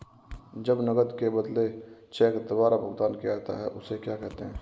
जब नकद के बदले चेक द्वारा भुगतान किया जाता हैं उसे क्या कहते है?